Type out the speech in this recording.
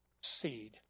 seed